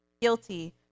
guilty